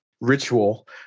ritual